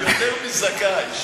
יותר מזכאי.